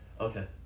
Okay